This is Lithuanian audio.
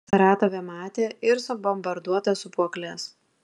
saratove matė ir subombarduotas sūpuokles